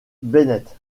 bennett